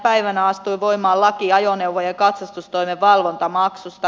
päivänä astui voimaan laki ajoneuvojen katsastustoimen valvontamaksusta